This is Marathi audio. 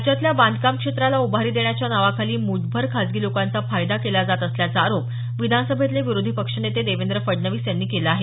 राज्यातल्या बांधकाम क्षेत्राला उभारी देण्याच्या नावाखाली मूठभर खाजगी लोकांचा फायदा केला जात असल्याचा आरोप विधानसभेतले विरोधी पक्षनेते देवेंद्र फडणवीस यांनी केला आहे